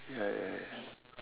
ya ya ya